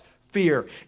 fear